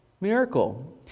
miracle